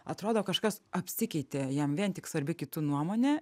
atrodo kažkas apsikeitė jam vien tik svarbi kitų nuomonė